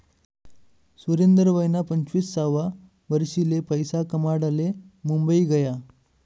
सुरेंदर वयना पंचवीससावा वरीसले पैसा कमाडाले मुंबई गया